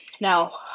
now